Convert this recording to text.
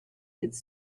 its